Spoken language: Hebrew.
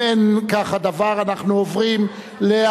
אם אין, כך הדבר, אנחנו עוברים להצבעה.